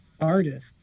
artist